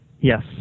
Yes